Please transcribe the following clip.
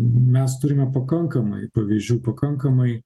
mes turime pakankamai pavyzdžių pakankamai